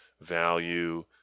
value